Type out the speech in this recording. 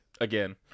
again